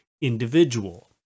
individual